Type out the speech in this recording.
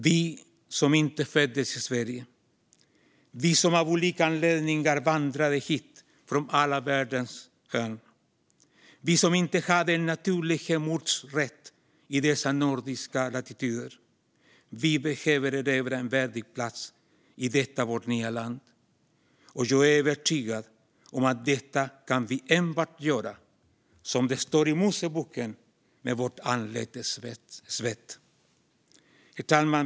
Vi som inte föddes i Sverige, vi som av olika anledningar vandrade hit från alla världens hörn, vi som inte hade en naturlig hemortsrätt i dessa nordiska latituder - vi behöver erövra en värdig plats i detta vårt nya land, och jag är övertygad om att detta kan vi enbart göra, som det står i Moseboken, i vårt anletes svett. Herr talman!